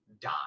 Die